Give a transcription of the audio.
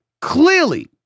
Clearly